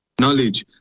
Knowledge